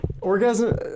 Orgasm